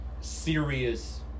serious